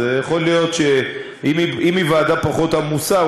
אז יכול להיות שאם היא ועדה פחות עמוסה,